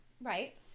Right